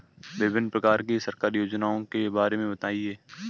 विभिन्न प्रकार की सरकारी योजनाओं के बारे में बताइए?